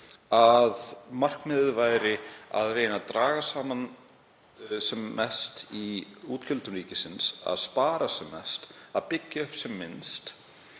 að markmiðið væri að reyna að draga sem mest saman í útgjöldum ríkisins, að spara sem mest, að byggja sem minnst